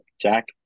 jack